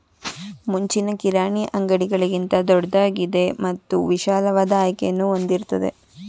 ಮುಂಚಿನ ಕಿರಾಣಿ ಅಂಗಡಿಗಳಿಗಿಂತ ದೊಡ್ದಾಗಿದೆ ಮತ್ತು ವಿಶಾಲವಾದ ಆಯ್ಕೆಯನ್ನು ಹೊಂದಿರ್ತದೆ